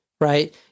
right